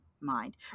mind